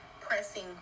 pressing